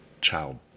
child